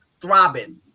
throbbing